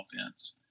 offense